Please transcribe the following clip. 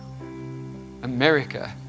America